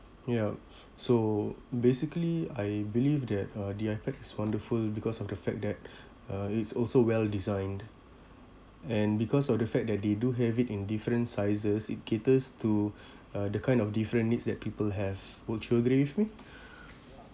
yup so basically I believe that uh the ipad is wonderful because of the fact that uh it's also well designed and because of the fact that they do have it in different sizes it caters to uh the kind of different needs that people have would you agree with me